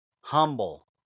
humble